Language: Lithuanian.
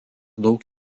daug